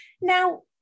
now